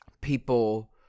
people